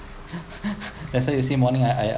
that's why you say morning ah I